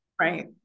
Right